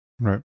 right